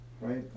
right